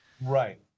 right